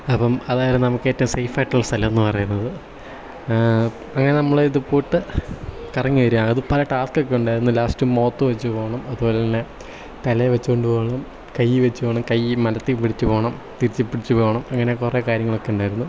അപ്പം അതായിരുന്നു നമുക്ക് ഏറ്റവും സേഫ് ആയിട്ടുള്ള സ്ഥലം എന്നുപറയുന്നത് അങ്ങനെ നമ്മൾ ഇതുപോയിട്ട് കറങ്ങി വരും അത് പല ടാസ്ക്ക് ഒക്കെ ഉണ്ടായിരുന്നു ലാസ്റ്റ് മുഖത്തുവെച്ചു പോവണം അതുപോലെതന്നെ തലയിൽ വെച്ചുകൊണ്ടുപോവണം കൈ വെച്ച് പോവണം കൈ മലർത്തിപ്പിടിച്ചു പോവണം തിരിച്ചു പിടിച്ചുപോവണം അങ്ങനെ കുറേ കാര്യങ്ങളൊക്കെ ഉണ്ടായിരുന്നു